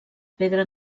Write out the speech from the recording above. pedra